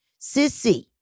sissy